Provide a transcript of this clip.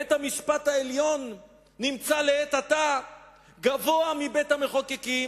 בית-המשפט העליון נמצא לעת עתה גבוה מבית-המחוקקים,